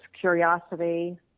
curiosity